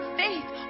faith